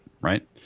right